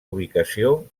ubicació